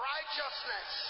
Righteousness